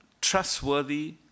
trustworthy